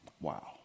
Wow